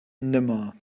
nimmer